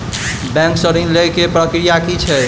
Bank सऽ ऋण लेय केँ प्रक्रिया की छीयै?